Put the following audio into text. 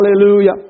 Hallelujah